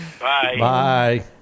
Bye